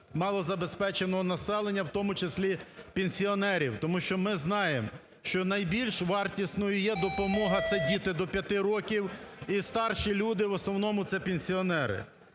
малозабезпеченого населення, в тому числі пенсіонерів. Тому що ми знаємо, що найбільш вартісною є допомога – це діти до 5 років і старші люди, в основному це пенсіонери.